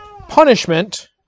punishment